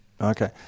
Okay